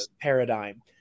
paradigm